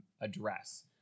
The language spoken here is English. address